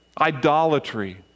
idolatry